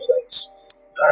place